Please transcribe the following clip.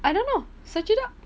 I don't know search it up